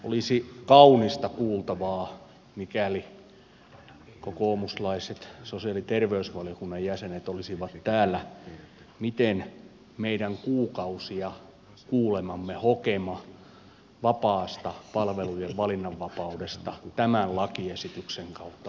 olisi kaunista kuultavaa mikäli kokoomuslaiset sosiaali ja terveysvaliokunnan jäsenet olisivat täällä saada tietää miten meidän kuukausia kuulemamme hokema vapaasta palvelujen valinnanvapaudesta tämän lakiesityksen kautta lisääntyy